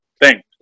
Thanks